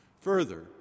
Further